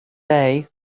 day